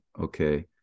okay